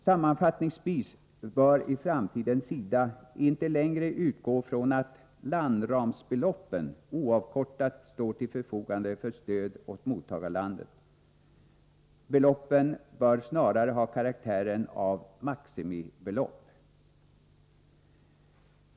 Sammanfattningsvis bör SIDA i framtiden inte utgå från att landramsbeloppen oavkortat står till förfogande för stöd åt mottagarlandet. Beloppen bör snarare ha karaktären av maximibelopp.